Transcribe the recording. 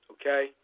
okay